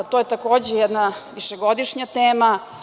To je takođe jedna višegodišnja tema.